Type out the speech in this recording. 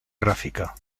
gráfica